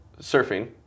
surfing